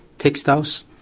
textiles,